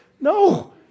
No